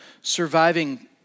surviving